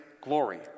glory